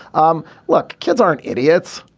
um look kids aren't idiots.